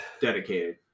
Dedicated